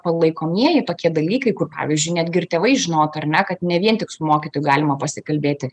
palaikomieji tokie dalykai kur pavyzdžiui netgi ir tėvai žinotų ar ne kad ne vien tik su mokytu galima pasikalbėti